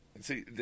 See